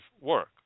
work